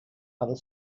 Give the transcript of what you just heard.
other